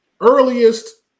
earliest